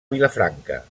vilafranca